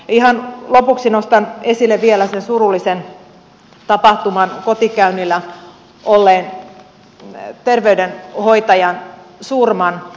ihan lopuksi nostan esille vielä sen surullisen tapahtuman kotikäynnillä olleen terveydenhoitajan surman